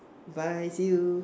bye see you